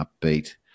upbeat